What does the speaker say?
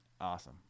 Awesome